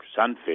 sunfish